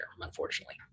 unfortunately